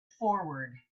forward